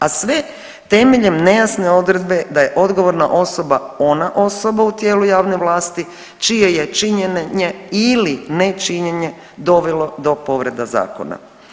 A sve temeljem nejasne odredbe da je odgovorna osoba ona osoba u tijelu javne vlasti čije je činjenje ii nečinjenje dovelo do povreda zakona.